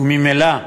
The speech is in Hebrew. וממילא,